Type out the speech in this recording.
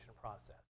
process